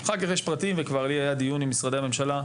אחר כך יש פרטים וכבר לי היה דיון עם משרדי הממשלה,